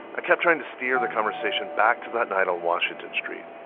i kept trying to steer the conversation back to that night on washington street.